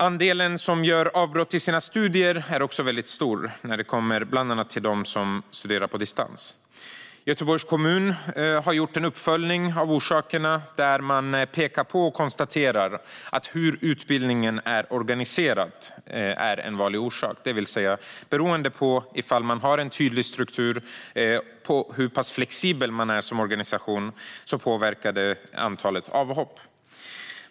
Andelen som gör avbrott i sina studier är också väldigt stor när det gäller bland annat de som studerar på distans. Göteborgs kommun har gjort en uppföljning av orsakerna, och det konstateras att en vanlig orsak är hur utbildningen är organiserad. Hur tydlig struktur man har och hur pass flexibel man är som organisation påverkar alltså antalet avhopp.